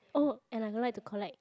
oh and I like to collect